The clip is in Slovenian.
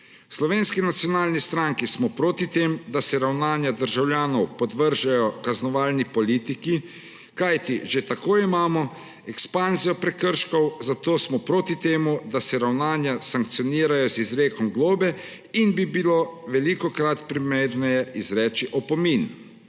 Slovenski nacionalni stranki smo proti temu, da se ravnanja državljanov podvržejo kaznovalni politiki, kajti že tako imamo ekspanzijo prekrškov, zato smo proti temu, da se ravnanja sankcionirajo z izrekom globe in bi bilo velikokrat primerneje izreči opomin.